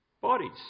bodies